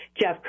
Jeff